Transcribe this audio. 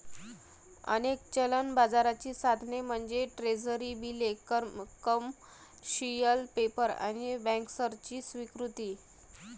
अनेक चलन बाजाराची साधने म्हणजे ट्रेझरी बिले, कमर्शियल पेपर आणि बँकर्सची स्वीकृती